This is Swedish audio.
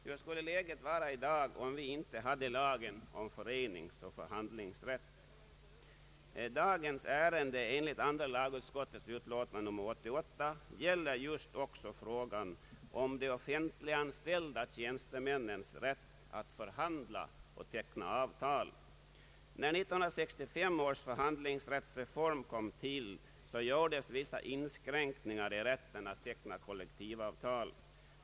Hur skulle läget vara i dag, om vi inte hade lagen om föreningsoch förhandlingsrätt? Det ärende, som behandlas i andra lagutskottets utlåtande nr 88, gäller just frågan om de offentliganställda tjänstemännens rätt att förhandla och teckna avtal. När 1965 års förhandlingsrättsreform kom till så gjordes vissa inskränkningar i rätten att teckna kollektivavtal.